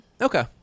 Okay